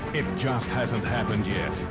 it just hasn't happened yet.